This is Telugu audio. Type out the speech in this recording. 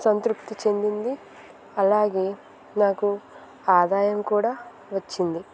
సంతృప్తి చెందింది అలాగే నాకు ఆదాయం కూడా వచ్చింది